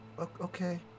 okay